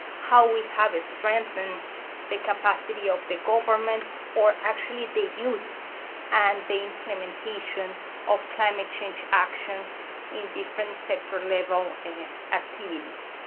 how we have strengthened the capacity of the governments, or, actually, the use and the implementation of climate change actions in different sector level and activities.